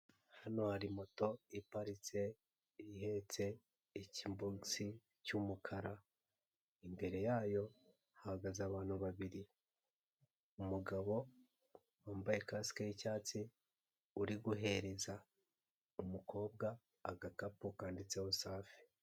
Hano hari moto iparitse ihetse ikibogisi cy'umukara, imbere yayo hahagaze abantu babiri, umugabo wambaye kasike y' icyatsi uri guhereza umukobwa agakapu kanditseho safi.